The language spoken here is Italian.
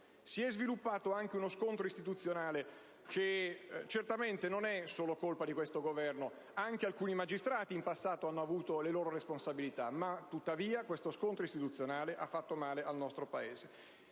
Si è sviluppato anche uno scontro istituzionale che certamente non è solo colpa di questo Governo. Anche alcuni magistrati in passato hanno avuto le loro responsabilità, ma tuttavia questo scontro istituzionale ha fatto male al nostro Paese.